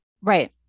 Right